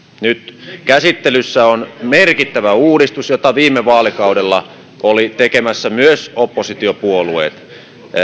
nyt käsittelyssä on merkittävä uudistus jota viime vaalikaudella olivat tekemässä myös oppositiopuolueet